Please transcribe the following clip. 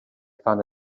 found